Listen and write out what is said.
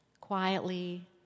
quietly